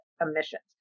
emissions